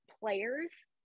players